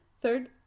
Third